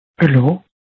Hello